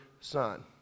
son